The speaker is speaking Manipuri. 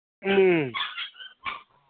ꯎꯝ